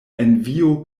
envio